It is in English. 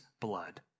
blood